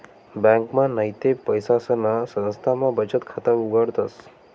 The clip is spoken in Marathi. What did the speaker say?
ब्यांकमा नैते पैसासना संस्थामा बचत खाता उघाडतस